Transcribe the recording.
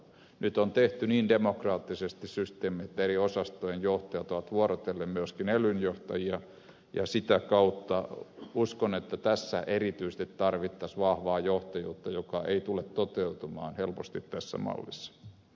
systeemi on nyt on tehty niin demokraattisesti että eri osastojen johtajat ovat vuorotellen myöskin elyn johtajia ja sitä kautta uskon että tässä erityisesti tarvittaisiin vahvaa johtajuutta joka ei tule toteutumaan helposti tässä mallissa